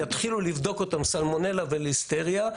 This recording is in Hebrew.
יתחילו לבדוק אותם סלמונלה וליסטריה,